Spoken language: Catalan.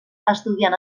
estudiant